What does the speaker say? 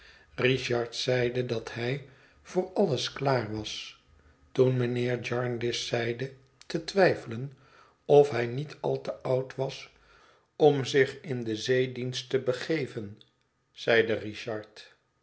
richard zeide dat hij voor alles klaar was toen mijnheer jarndyce zeide te twijfelen of hij niet al te oud was om zich in den zeedienst te begeven zeide richard